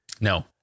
No